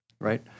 Right